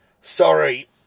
sorry